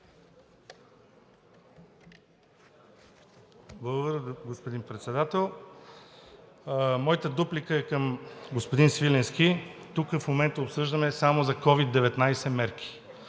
Благодаря, господин Председател. Моята дуплика е към господин Свиленски. Тук в момента обсъждаме мерки само за СOVID-19.